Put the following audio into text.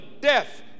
death